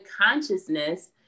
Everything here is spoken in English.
consciousness